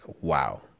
Wow